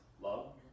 Love